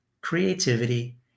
creativity